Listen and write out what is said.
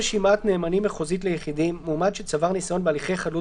מרשימת נאמנים מחוזית ליחידים או מרשימת נאמנים מחוזית